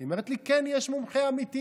היא אומרת לי: כן, יש מומחה אמיתי.